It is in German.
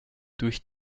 durch